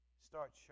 start